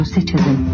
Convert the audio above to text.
Citizen